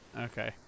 okay